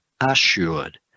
assured